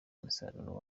umusaruro